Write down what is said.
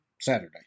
Saturday